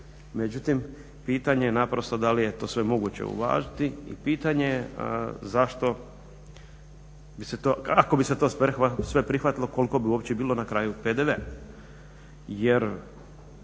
Međutim, pitanje je naprosto da li je to sve moguće uvažiti i pitanje je zašto bi se to, ako bi se to sve prihvatilo koliko bi uopće bilo na kraju PDV-a.